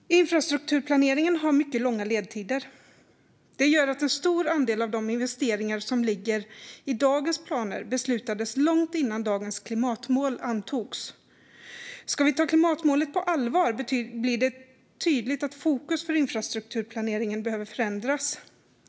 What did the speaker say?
Infrastrukturplaneringen har mycket långa ledtider. Det gör att en stor andel av de investeringar som ligger i dagens planer beslutades långt innan dagens klimatmål antogs. Ska vi ta klimatmålet på allvar blir det tydligt att fokus för infrastrukturplaneringen behöver förändras.